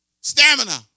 Stamina